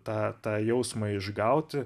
tą tą jausmą išgauti